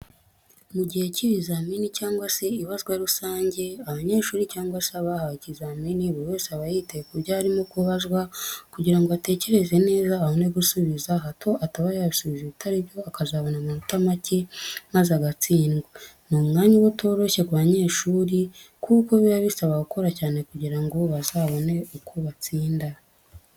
Mu gihe cy'ibizamini cyangwa se ibazwa rusange abanyeshuri cyangwa se abahawe ikizamini buri wese aba yitaye ku byo arimo kubazwa kugira ngo atekereze neza abone gusubiza, hato ataba yasubiza ibitari byo akazabona amanota make maze agatsindwa. Ni umwanya uba utoroshye ku banyeshuri kuko bibasaba gukora cyane kugira ngo bazabone uko batsinda.